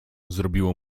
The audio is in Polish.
zrobiło